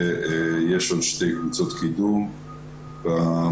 ויש עוד שתי קבוצות קידום במעון.